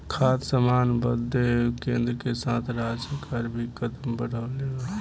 खाद्य सामान बदे केन्द्र के साथ राज्य सरकार भी कदम बढ़ौले बा